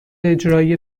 اجرایی